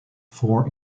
four